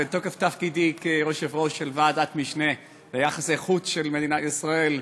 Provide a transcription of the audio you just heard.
בתוקף תפקידי כיושב-ראש ועדת משנה ליחסי החוץ של מדינת ישראל,